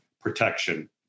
protection